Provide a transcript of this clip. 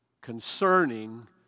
concerning